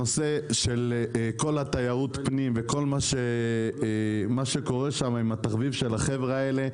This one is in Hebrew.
הנושא של תיירות הפנים וכל מה שקורה שם עם התחביב של החבר'ה האלה,